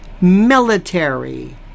military